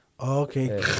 Okay